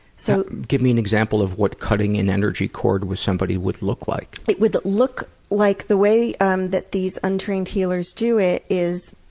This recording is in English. so give me an example of what cutting an energy cord with somebody would look like. it would look like the way um that these untrained healers do it is,